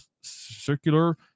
circular